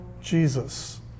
Jesus